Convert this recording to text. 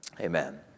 Amen